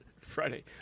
Friday